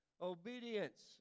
obedience